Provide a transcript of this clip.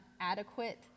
adequate